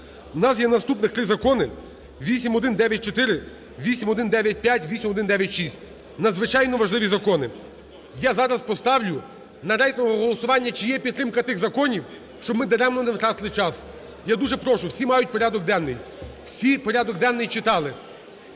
у нас є наступних три закони: 8194, 8195, 8196 – надзвичайно важливі закони. Я зараз поставлю на рейтингове голосування, чи є підтримка тих законів, щоб ми даремно не втратили час. Я дуже прошу, всі мають порядок денний, всі порядок денний читали.